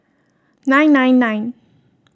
nine nine nine